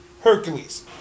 Hercules